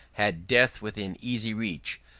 had death within easy reach.